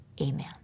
Amen